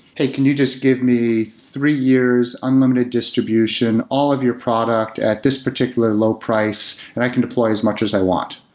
hey, can you just give me three years unlimited distribution? all of your product at this particular low price and i can deploy as much as i want.